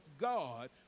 God